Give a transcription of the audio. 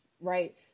right